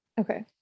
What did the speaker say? Okay